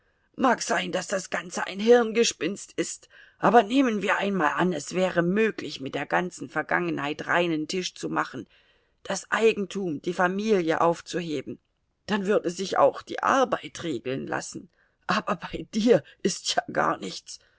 mag sein daß das ganze ein hirngespinst ist aber nehmen wir einmal an es wäre möglich mit der ganzen vergangenheit reinen tisch zu machen das eigentum die familie aufzuheben dann würde sich auch die arbeit regeln lassen aber bei dir ist ja gar nichts